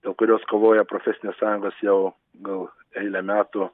dėl kurios kovoja profesinės sąjungos jau gal eilę metų